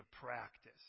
practice